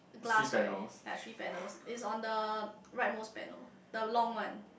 glass right there are three panels is on the right most panel the long one